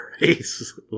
race